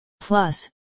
Plus